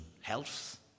health